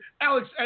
Alex